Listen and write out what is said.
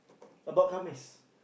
about come is